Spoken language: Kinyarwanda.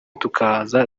tukaza